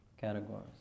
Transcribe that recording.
categories